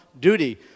duty